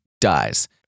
dies